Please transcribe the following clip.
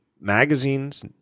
magazines